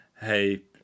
hey